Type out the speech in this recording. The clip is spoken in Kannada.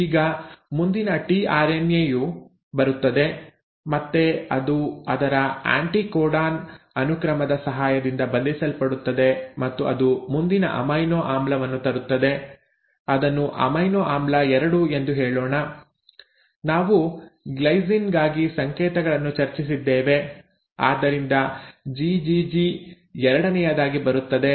ಈಗ ಮುಂದಿನ ಟಿಆರ್ಎನ್ಎ ಯು ಬರುತ್ತದೆ ಮತ್ತೆ ಅದು ಅದರ ಆ್ಯಂಟಿಕೋಡಾನ್ ಅನುಕ್ರಮದ ಸಹಾಯದಿಂದ ಬಂಧಿಸಲ್ಪಡುತ್ತದೆ ಮತ್ತು ಅದು ಮುಂದಿನ ಅಮೈನೊ ಆಮ್ಲವನ್ನು ತರುತ್ತದೆ ಅದನ್ನು ಅಮೈನೊ ಆಮ್ಲ 2 ಎಂದು ಹೇಳೋಣ ನಾವು ಗ್ಲೈಸಿನ್ ಗಾಗಿ ಸಂಕೇತಗಳನ್ನು ಚರ್ಚಿಸಿದ್ದೇವೆ ಆದ್ದರಿಂದ ಜಿಜಿಜಿ ಎರಡನೆಯದಾಗಿ ಬರುತ್ತದೆ